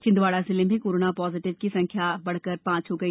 छिन्दवाड़ा जिले corona positive की संख्या बढ़कर पांच हो गई